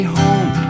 home